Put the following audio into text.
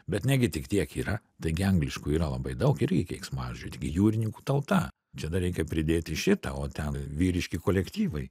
bet negi tik tiek yra taigi angliškų yra labai daug irgi keiksmažodių taigi jūrininkų tauta čia dar reikia pridėti šitą o ten vyriški kolektyvai